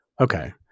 Okay